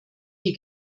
die